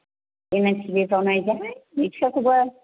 online टिभिआव नायजाबाय मेडसाखौबो